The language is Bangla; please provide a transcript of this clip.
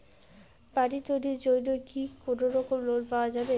বাড়ি তৈরির জন্যে কি কোনোরকম লোন পাওয়া যাবে?